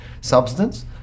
substance